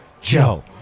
Joe